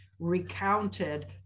recounted